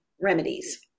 remedies